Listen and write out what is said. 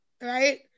right